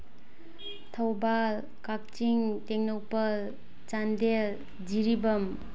ꯊꯧꯕꯥꯜ ꯀꯥꯛꯆꯤꯡ ꯇꯦꯡꯅꯧꯄꯜ ꯆꯥꯟꯗꯦꯜ ꯖꯤꯔꯤꯕꯥꯝ